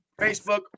Facebook